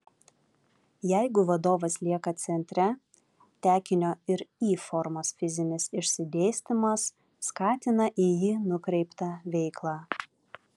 jeigu vadovas lieka centre tekinio ir y formos fizinis išsidėstymas skatina į jį nukreiptą veiklą